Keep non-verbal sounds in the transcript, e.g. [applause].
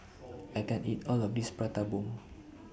[noise] I can't eat All of This Prata Bomb